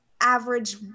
average